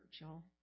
y'all